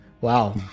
Wow